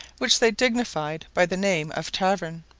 which they dignified by the name of tavern.